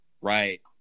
right